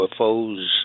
UFOs